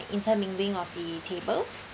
inter mingling of the tables